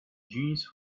genies